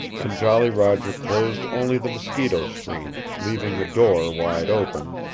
and jolly roger closed only the mosquito-screen, leaving the door wide open,